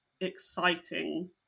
exciting